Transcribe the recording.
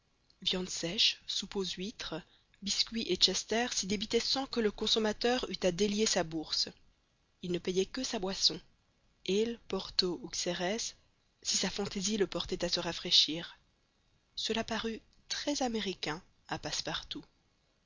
viande sèche soupe aux huîtres biscuit et chester s'y débitaient sans que le consommateur eût à délier sa bourse il ne payait que sa boisson ale porto ou xérès si sa fantaisie le portait à se rafraîchir cela parut très américain à passepartout